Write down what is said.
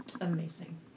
Amazing